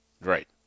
Right